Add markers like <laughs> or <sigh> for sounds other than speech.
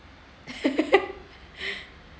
<laughs>